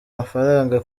amafaranga